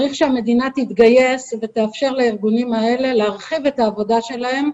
צריך שהמדינה תתגייס ותאפשר לארגונים האלה להרחיב את העבודה שלהם,